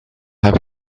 have